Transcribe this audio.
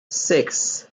six